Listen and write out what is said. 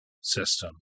system